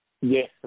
Yes